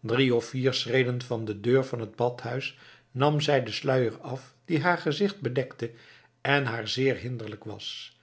drie of vier schreden van de deur van het badhuis nam zij den sluier af die haar gezicht bedekte en haar zeer hinderlijk was